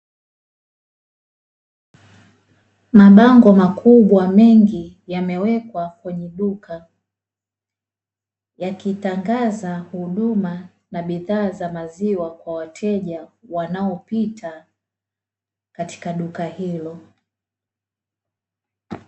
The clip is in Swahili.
Mabango makubwa mengi yamewekwa kwenye duka, yakitangaza huduma na bidhaa za maziwa kwa wateja wanaopita katika duka hilo.